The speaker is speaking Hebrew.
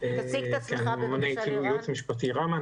אני ממונה ייעוץ משפטי ראמ"ה,